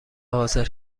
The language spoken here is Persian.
حاضر